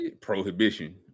Prohibition